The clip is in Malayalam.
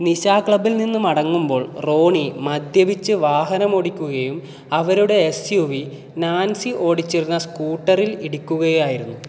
നിശാ ക്ലബ്ബിൽ നിന്ന് മടങ്ങുമ്പോൾ റോണി മദ്യപിച്ച് വാഹനമോടിക്കുകയും അവരുടെ എസ് യു വി നാൻസി ഓടിച്ചിരുന്ന സ്കൂട്ടറിൽ ഇടിക്കുകയായിരുന്നു